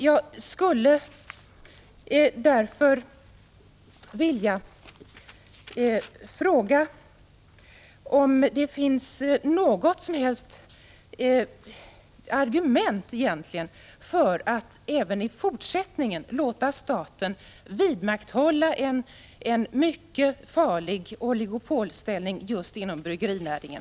Jag skulle vilja fråga om det finns något som helst argument för att även i fortsättningen låta staten vidmakthålla en mycket farlig oligopolställning just inom bryggerinäringen.